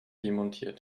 demontiert